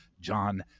John